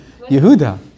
Yehuda